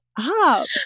up